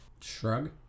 Shrug